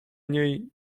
niej